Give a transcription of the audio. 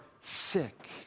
sick